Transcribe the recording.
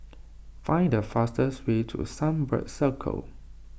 find the fastest way to Sunbird Circle